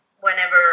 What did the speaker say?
whenever